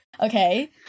Okay